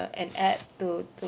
an app to to